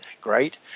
great